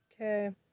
Okay